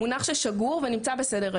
זה מונח שגור ונמצא על סדר היום.